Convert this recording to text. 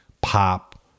pop